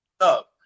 Up